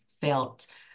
felt